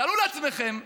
תארו לעצמכם,